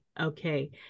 okay